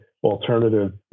Alternative